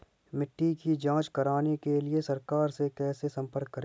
मिट्टी की जांच कराने के लिए सरकार से कैसे संपर्क करें?